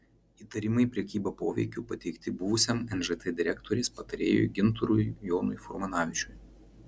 įtarimai prekyba poveikiu pateikti buvusiam nžt direktorės patarėjui gintarui jonui furmanavičiui